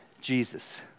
jesus